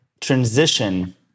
transition